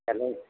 चलो